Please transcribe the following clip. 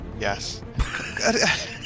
Yes